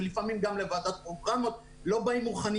ולפעמים גם לוועדת פרוגרמות בעלי החוות לא באים מוכנים,